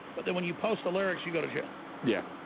but then when you post the lyrics you go to jail yeah,